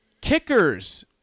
kickers